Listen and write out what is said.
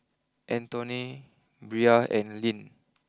Antone Brea and Lynn